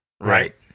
Right